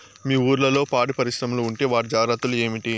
మీ ఊర్లలో పాడి పరిశ్రమలు ఉంటే వాటి జాగ్రత్తలు ఏమిటి